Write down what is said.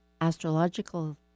Astrological